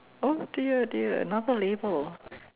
oh dear dear another label